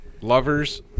lovers